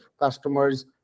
customers